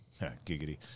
giggity